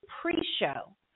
pre-show